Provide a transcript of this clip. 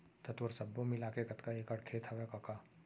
त तोर सब्बो मिलाके कतका एकड़ खेत हवय कका?